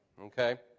Okay